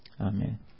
Amen